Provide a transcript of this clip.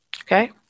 Okay